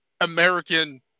American